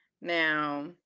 Now